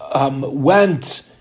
went